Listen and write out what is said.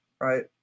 right